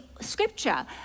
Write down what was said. scripture